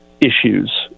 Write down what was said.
issues